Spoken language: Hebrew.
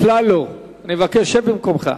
אפללו, אני מבקש, שב במקומך.